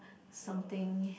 something